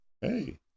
Hey